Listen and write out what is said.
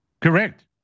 Correct